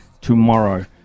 tomorrow